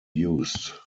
used